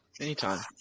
Anytime